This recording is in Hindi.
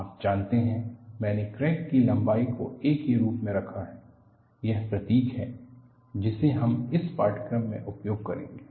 आप जानते हैं मैंने क्रैक की लंबाई को a के रूप में रखा है यह प्रतीक है जिसे हम इस पाठ्यक्रम में उपयोग करेंगे